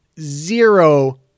zero